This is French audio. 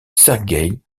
sergueï